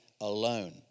alone